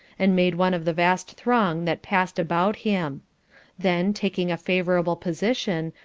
and made one of the vast throng that passed about him then, taking a favourable position,